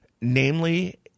namely